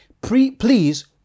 please